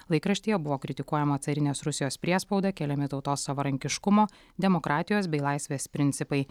laikraštyje buvo kritikuojama carinės rusijos priespauda keliami tautos savarankiškumo demokratijos bei laisvės principai